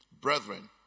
brethren